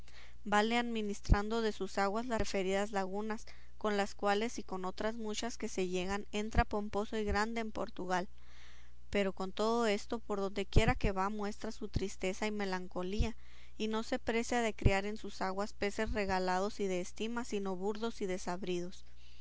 vanle administrando de sus aguas las referidas lagunas con las cuales y con otras muchas que se llegan entra pomposo y grande en portugal pero con todo esto por dondequiera que va muestra su tristeza y melancolía y no se precia de criar en sus aguas peces regalados y de estima sino burdos y desabridos